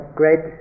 great